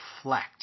reflect